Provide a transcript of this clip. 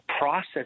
process